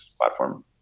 platform